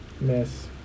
Miss